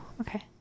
okay